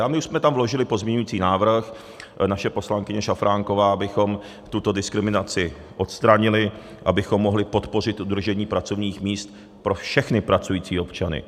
A my už jsme tam vložili pozměňovací návrh, naše poslankyně Šafránková, abychom tuto diskriminaci odstranili, abychom mohli podpořit udržení pracovních míst pro všechny pracující občany.